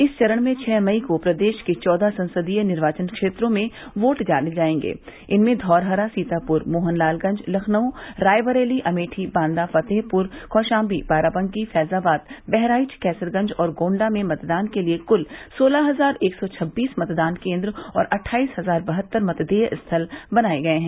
इस चरण में छह मई को प्रदेश के चौदह संसदीय निर्वाचन क्षेत्रों में वोट डाले जायेंगे इनमें धौरहरा सीतापूर मोहनलालगंज लखनऊ रायबरेली अमेठी बांदा फतेहपूर कौशाम्बी बाराबंकी फैजाबाद बहराइच कैसरगंज और गोण्डा में मतदान के लिये कुल सोलह हजार एक सौ छबीस मतदान केन्द्र और अट्ठाईस हजार बहतार मतदेय स्थल बनाये गये हैं